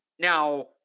Now